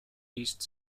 east